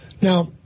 Now